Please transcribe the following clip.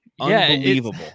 unbelievable